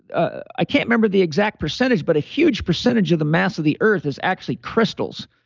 i can't remember the exact percentage, but a huge percentage of the mass of the earth has actually crystals.